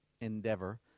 endeavor